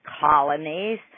colonies